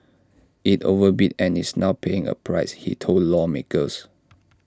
IT overbid and is now paying A price he told lawmakers